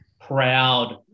proud